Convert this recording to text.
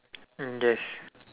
mm yes